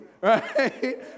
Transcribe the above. right